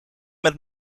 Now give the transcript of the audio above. met